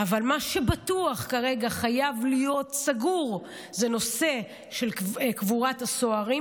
אבל מה שבטוח כרגע חייב להיות סגור זה הנושא של קבורת הסוהרים,